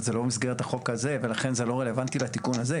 אבל זה לא במסגרת החוק הזה ולכן זה לא רלוונטי לתיקון הזה.